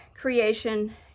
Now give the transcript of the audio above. creation